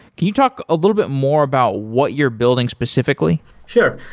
can you talk a little bit more about what you're building specifically? sure.